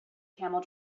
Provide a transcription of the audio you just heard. camel